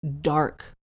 dark